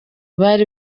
bari